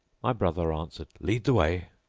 my brother answered lead the way!